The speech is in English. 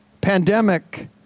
pandemic